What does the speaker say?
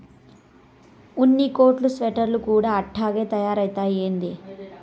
ఉన్ని కోట్లు స్వెటర్లు కూడా అట్టాగే తయారైతయ్యా ఏంది